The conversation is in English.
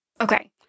Okay